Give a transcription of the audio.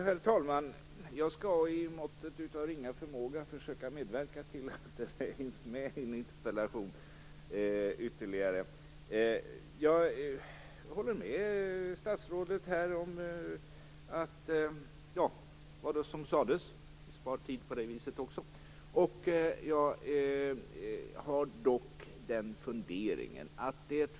Herr talman! Jag skall i mån av ringa förmåga försöka medverka till att ytterligare en interpellation hinns med. Jag håller med om det statsrådet sade - vi spar tid på det viset också. Jag har dock en fundering.